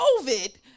covid